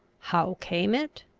how came it?